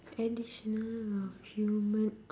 additional of human